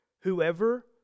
Whoever